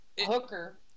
hooker